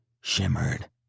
shimmered